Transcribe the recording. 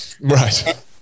right